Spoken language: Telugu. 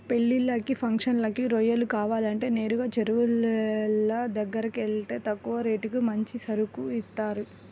పెళ్ళిళ్ళకి, ఫంక్షన్లకి రొయ్యలు కావాలంటే నేరుగా చెరువులోళ్ళ దగ్గరకెళ్తే తక్కువ రేటుకి మంచి సరుకు ఇత్తారు